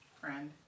Friend